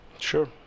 sure